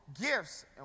gifts